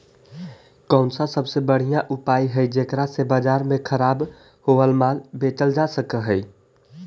कौन सा सबसे बढ़िया उपाय हई जेकरा से बाजार में खराब होअल माल बेचल जा सक हई?